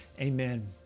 amen